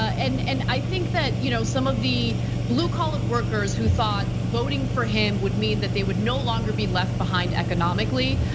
and and i think that you know some of the blue collared workers who thought voting for him would mean that they would no longer be left behind economically,